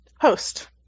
Host